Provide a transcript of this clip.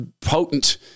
potent